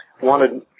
wanted